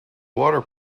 water